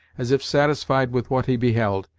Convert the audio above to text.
as if satisfied with what he beheld,